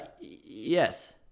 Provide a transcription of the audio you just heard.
yes